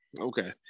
Okay